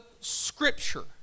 scripture